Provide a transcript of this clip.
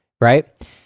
right